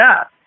up